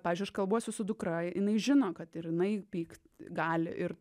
pavyzdžiui aš kalbuosi su dukra jinai žino kad ir jinai pykt gali ir